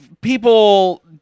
people